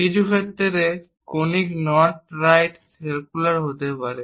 কিছু ক্ষেত্রে conic non right circular হতে পারে